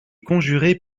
conjurés